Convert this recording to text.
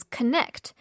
Connect